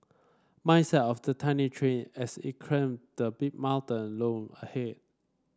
mindset of the tiny train as it climbed the big mountain loom ahead